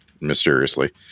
mysteriously